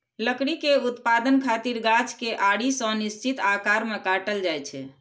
लकड़ी के उत्पादन खातिर गाछ कें आरी सं निश्चित आकार मे काटल जाइ छै